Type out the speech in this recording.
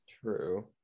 True